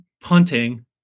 punting